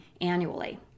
annually